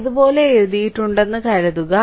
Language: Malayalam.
ഇതുപോലെ എഴുതിയിട്ടുണ്ടെന്ന് കരുതുക